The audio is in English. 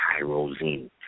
tyrosine